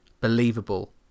believable